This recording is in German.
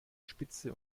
spitze